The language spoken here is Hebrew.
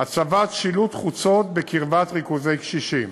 הצבת שילוט חוצות בקרבת ריכוזי קשישים,